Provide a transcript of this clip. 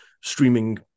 streaming